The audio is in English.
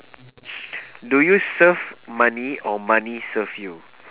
do you serve money or money serve you